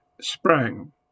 sprang